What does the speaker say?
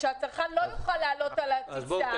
שהצרכן לא יוכל לעלות על הטיסה.